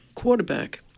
quarterback